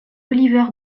oliver